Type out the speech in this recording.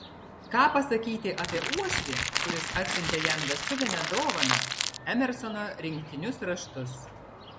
ką pasakyti apie uošvį kuris atsiuntė jam vestuvinę dovaną emersono rinktinius raštus